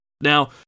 Now